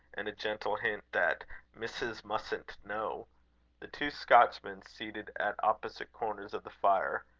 and a gentle hint that missus mustn't know the two scotchmen, seated at opposite corners of the fire,